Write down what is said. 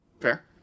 Fair